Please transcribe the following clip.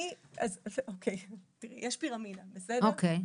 יש פירמידה, בסדר?